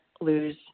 lose